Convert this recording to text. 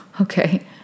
Okay